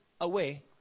away